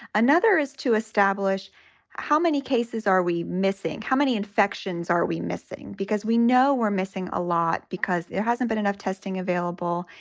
another is to establish how many cases are we missing? how many infections are we missing? because we know we're missing a lot because there hasn't been enough testing available.